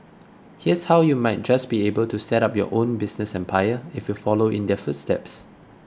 here's how you might just be able to set up your own business empire if you follow in their footsteps